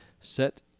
set